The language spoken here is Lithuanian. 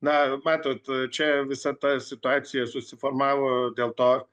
na matot čia visa ta situacija susiformavo dėl to